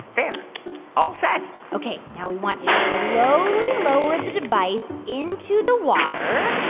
there all set ok. now we want to slowly lower the device into the water.